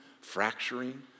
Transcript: fracturing